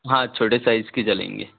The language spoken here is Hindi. हाँ छोटे साइज़ की चलेंगी